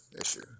issue